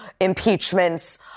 impeachments